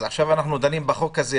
אז עכשיו אנחנו דנים בחוק הזה,